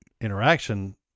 interaction